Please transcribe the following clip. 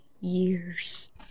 years